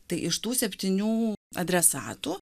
tai iš tų septynių adresatų